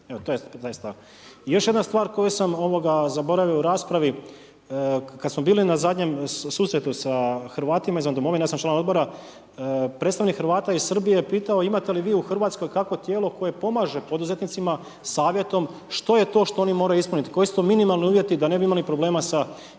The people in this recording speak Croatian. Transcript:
Još jedna stvar koju sam zaboravio u raspravi, kada smo bili na zadnjem susretu sa Hrvatima izvan domovine, ja sam član Odbora, predstavnik Hrvata iz Srbije je pitao imate li vi u RH kakvo tijelo koje pomaže poduzetnicima savjetom što je to što oni moraju ispuniti, koji su to minimalni uvjeti da ne bi imali problema sa